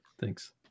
thanks